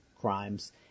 crimes